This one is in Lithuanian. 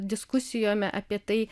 diskusijome apie tai